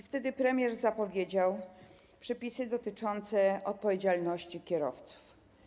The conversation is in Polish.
Wtedy premier zapowiedział przepisy dotyczące odpowiedzialności kierowców.